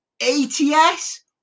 ats